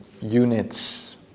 units